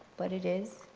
but it is.